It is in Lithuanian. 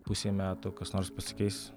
pusei metų kas nors pasikeis